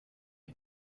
and